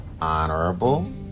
honorable